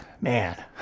man